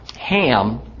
Ham